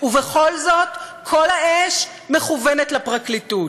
ובכל זאת, כל האש מכוונת לפרקליטות.